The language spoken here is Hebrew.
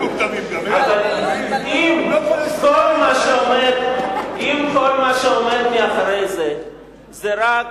אבל אם כל מה שעומד מאחורי זה זה רק